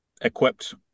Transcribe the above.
equipped